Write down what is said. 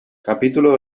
capítulo